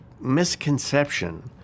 misconception